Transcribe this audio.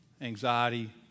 anxiety